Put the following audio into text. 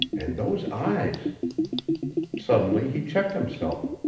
and those eyes suddenly he checked himself.